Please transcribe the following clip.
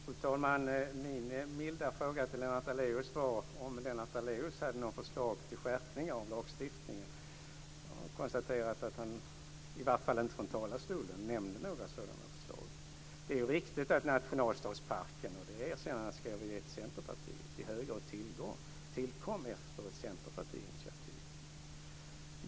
Fru talman! Min milda fråga till Lennart Daléus var om Lennart Daléus hade något förslag till skärpning av lagstiftningen. Jag har konstaterat att han i alla fall inte från talarstolen nämnde några sådana förslag. Det är riktigt att nationalstadsparken, det erkännandet ska jag väl ge till Centerpartiet, i hög grad tillkom efter ett initiativ från Centerpartiet.